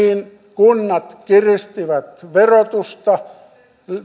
kunnat kiristivät verotusta